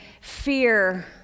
fear